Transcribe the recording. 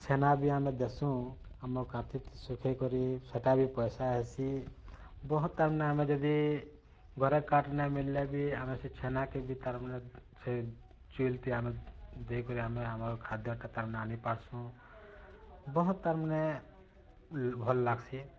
ଛେନା ବି ଆମେ ଦେସୁଁ ଆମର୍ କାନ୍ଥିଥି ଶୁଖାଇକରି ସେଇଟା ବି ପଇସା ଆଏସି ବହୁତ୍ ତାର୍ମାନେ ଆମେ ଯଦି ଘରେ କାଠ୍ ନାଇଁ ମିଲ୍ଲେ ବି ଆମେ ସେ ଛେନା କେ ବି ତାର୍ମାନେ ସେ ଚୁଇଲ୍ଥି ଆମେ ଦେଇକରି ଆମେ ଆମର୍ ଖାଦ୍ୟଟା ତାର୍ମାନେ ଆନିପାର୍ସୁଁ ବହୁତ୍ ତାର୍ମାନେ ଭଲ୍ ଲାଗ୍ସି